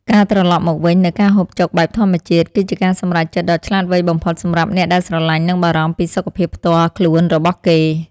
ការត្រឡប់មកវិញនូវការហូបចុកបែបធម្មជាតិ គឺជាការសម្រេចចិត្តដ៏ឆ្លាតវៃបំផុតសម្រាប់អ្នកដែលស្រលាញ់និងបារម្ភពីសុខភាពផ្ទាល់ខ្លួនរបស់គេ។